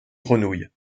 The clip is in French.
grenouille